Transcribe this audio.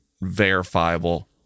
verifiable